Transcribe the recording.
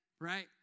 Right